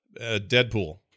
Deadpool